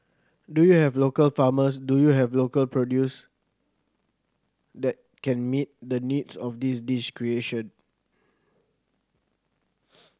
do you have local farmers do you have local produce that can meet the needs of this dish creation